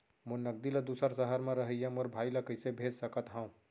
मोर नगदी ला दूसर सहर म रहइया मोर भाई ला कइसे भेज सकत हव?